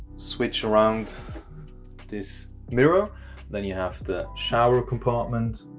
switch around this mirror then you have the shower compartment